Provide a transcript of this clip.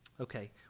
Okay